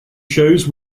shows